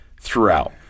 throughout